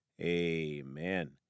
Amen